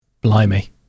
Blimey